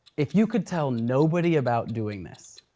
if you could tell nobody about doing this,